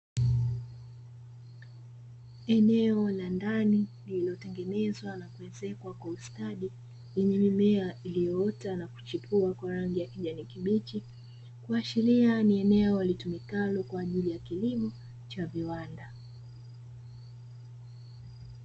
Eneo la ndani lilitongenezwa na kuezekwa kwa ustadi, lenye mimea iliyoota na kuchipua kwa rangi ya kijani kibichi, kuashiria ni eneo litumikalo kwa ajili ya kilimo cha viwanda.